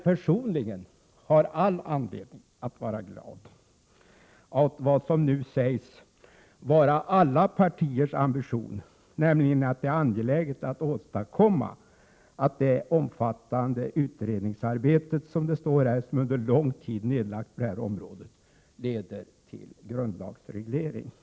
Personligen har jag all anledning att vara glad åt vad som nu sägs vara alla partiers ambition, nämligen att se till att det omfattande utredningsarbete som under lång tid nedlagts på det här området leder till grundlagsreglering. Prot.